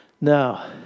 Now